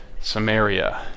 Samaria